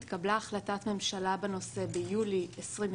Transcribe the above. התקבלה החלטת ממשלה בנושא ביולי 2020